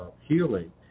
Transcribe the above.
healing